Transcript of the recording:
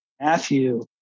Matthew